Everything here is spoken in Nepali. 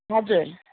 हजुर